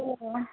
ए